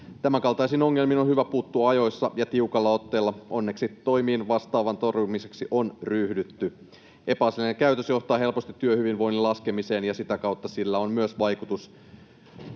Tämänkaltaisiin ongelmiin on hyvä puuttua ajoissa ja tiukalla otteella. Onneksi toimiin vastaavan torjumiseksi on ryhdytty. Epäasiallinen käytös johtaa helposti työhyvinvoinnin laskemiseen, ja sitä kautta sillä on myös vaikutus